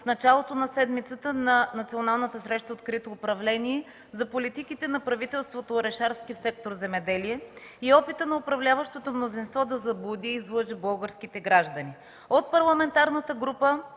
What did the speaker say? в началото на седмицата на Националната среща „Открито управление. За политиките на правителството Орешарски в сектор „Земеделие” и опита на управляващото мнозинство да заблуди и излъже българските граждани. От Парламентарната група